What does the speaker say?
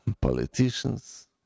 politicians